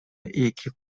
эки